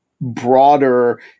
broader